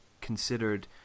considered